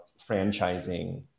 franchising